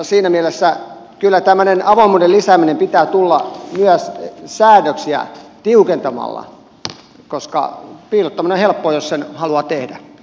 siinä mielessä kyllä tämmöisen avoimuuden lisäämisen pitää tulla myös säädöksiä tiukentamalla koska piilottaminen on helppoa jos sen haluaa tehdä